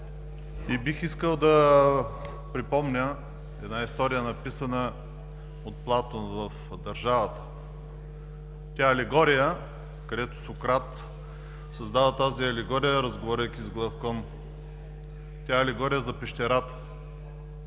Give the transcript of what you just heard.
и бих искал да припомня една история, написана от Платон в „Държавата“. Тя е алегория. Сократ създава тази алегория, разговаряйки с Главкон. Тя е алегория за пещерата,